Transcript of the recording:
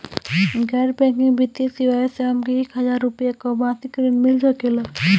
गैर बैंकिंग वित्तीय सेवाएं से हमके एक हज़ार रुपया क मासिक ऋण मिल सकेला?